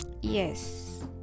yes